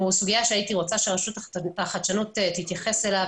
הוא סוגיה שהייתי רוצה שרשות התחרות תתייחס אליה.